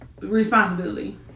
responsibility